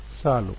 ವಿದ್ಯಾರ್ಥಿ ಸಾಲು